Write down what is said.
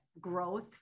growth